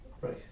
Right